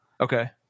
Okay